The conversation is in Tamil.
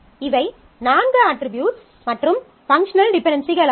இவை நான்கு அட்ரிபியூட்ஸ் மற்றும் பங்க்ஷனல் டிபென்டென்சிகளாகும்